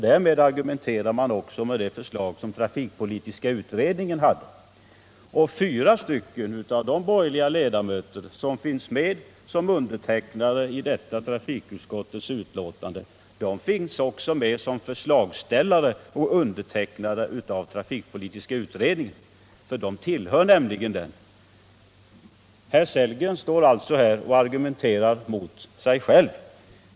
Därmed argumenterar han nämligen också mot trafikpolitiska utredningens förslag. Fyra av de borgerliga ledamöter som undertecknat detta trafikutskottets betänkande finns också med som undertecknare av trafikpolitiska utredningens förslag. De tillhör nämligen denna utredning. Herr Sellgren står alltså här och argumenterar mot sig själv.